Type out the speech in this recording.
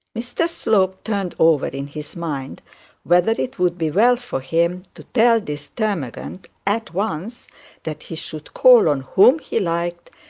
mr slope turned over in his mind whether it would be well for him to tell this termagant at once that he should call on whom he liked,